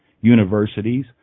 universities